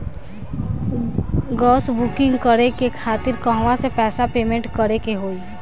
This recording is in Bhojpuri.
गॅस बूकिंग करे के खातिर कहवा से पैसा पेमेंट करे के होई?